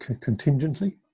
contingently